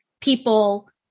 people